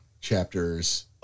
chapters